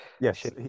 Yes